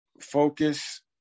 Focus